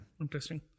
Interesting